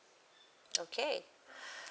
okay